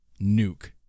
Nuke